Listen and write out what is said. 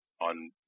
on